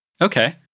Okay